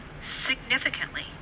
significantly